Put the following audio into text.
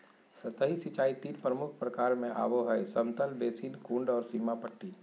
सतही सिंचाई तीन प्रमुख प्रकार में आबो हइ समतल बेसिन, कुंड और सीमा पट्टी